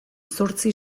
zortzi